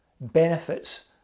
benefits